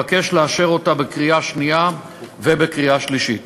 ואני מבקש לאשר אותה בקריאה שנייה ובקריאה שלישית.